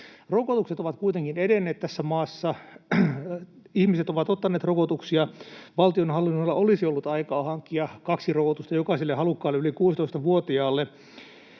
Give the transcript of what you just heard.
Rokotukset ovat kuitenkin edenneet tässä maassa. Ihmiset ovat ottaneet rokotuksia. Valtionhallinnolla olisi ollut aikaa hankkia kaksi rokotusta jokaiselle halukkaalle yli 16-vuotiaalle.